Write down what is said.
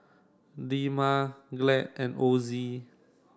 Dilmah Glad and Ozi